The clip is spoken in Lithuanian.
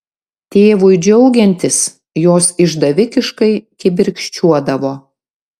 tėvui džiaugiantis jos išdavikiškai kibirkščiuodavo